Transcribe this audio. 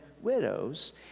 widows